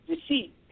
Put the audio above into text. deceit